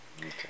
Okay